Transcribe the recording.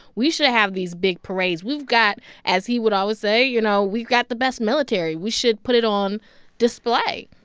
we should have these big parades. we've got as he would always say, you know, we've got the best military we should put it on display.